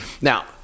Now